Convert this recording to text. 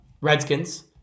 Redskins